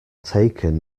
taken